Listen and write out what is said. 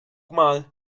mal